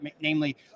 namely